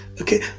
okay